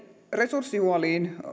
resurssihuolista